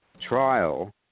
trial